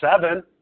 seven